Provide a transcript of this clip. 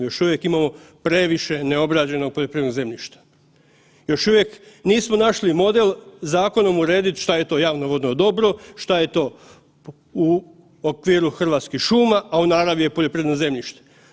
Još uvijek imamo previše neobrađenog poljoprivrednog zemljišta, još uvijek nismo našli model šta je to javno vodno dobro, šta je to u okviru Hrvatskih šuma, a u naravi je poljoprivredno zemljište.